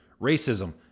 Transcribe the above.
racism